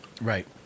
Right